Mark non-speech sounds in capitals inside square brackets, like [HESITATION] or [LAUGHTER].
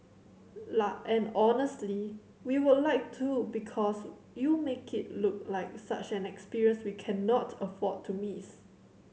[HESITATION] and honestly we would like to because you make it look like such an experience we cannot afford to miss